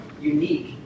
unique